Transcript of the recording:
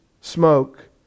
smoke